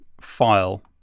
File